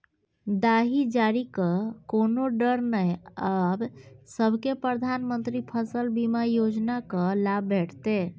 दाही जारीक कोनो डर नै आब सभकै प्रधानमंत्री फसल बीमा योजनाक लाभ भेटितै